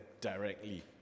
directly